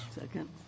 Second